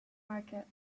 market